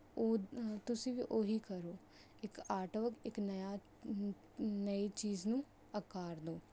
ਉਹ ਤੁਸੀਂ ਵੀ ਉਹੀ ਕਰੋ ਇੱਕ ਆਰਟਵਰਕ ਇੱਕ ਨਯਾ ਨਈ ਚੀਜ਼ ਨੂੰ ਆਕਾਰ ਦਓ